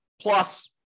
plus